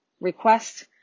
request